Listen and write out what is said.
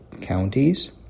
counties